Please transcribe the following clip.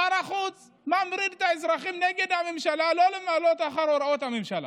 שר החוץ ממריד את האזרחים נגד הממשלה לא למלא אחר הוראות הממשלה.